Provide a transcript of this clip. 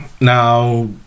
Now